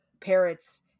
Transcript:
parrots